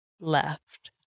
left